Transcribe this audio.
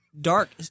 dark